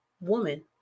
woman